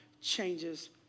changes